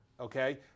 okay